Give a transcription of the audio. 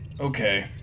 Okay